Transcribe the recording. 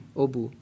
obu